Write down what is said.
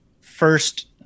first